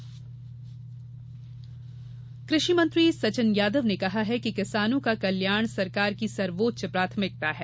कुषि संसद कृषि मंत्री सचिन यादव ने कहा है कि किसानों का कल्याण सरकार की सर्वोच्च प्राथमिकता है